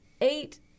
eight